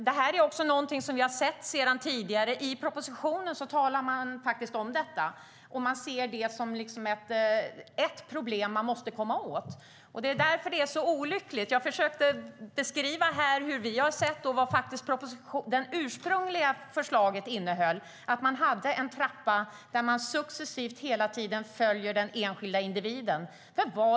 Det är också något vi har sett tidigare, och i propositionen talas det om detta. Man ser det som ett problem som måste lösas. Jag försökte beskriva hur vi har sett på det och att vi i det ursprungliga förslaget hade en trappa där man hela tiden följer den enskilda individen.